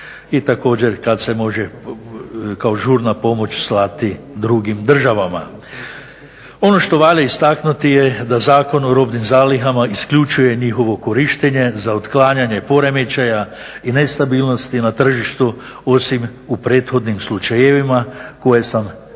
i također kad se može kao žurna pomoć slati drugim državama. Ono što valja istaknuti je da Zakon o robnim zalihama isključuje njihovo korištenje za otklanjanje poremećaja i nestabilnosti na tržištu osim u prethodnim slučajevima koje sam citirao